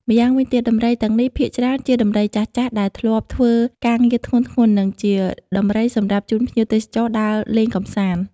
ម្យ៉ងវិញទៀតដំរីទាំងនេះភាគច្រើនជាដំរីចាស់ៗ ដែលធ្លាប់ធ្វើការងារធ្ងន់ៗ និងជាដំរីសម្រាប់ជូនភ្ញៀវទេសចរដើរលេងកម្សាន្ត។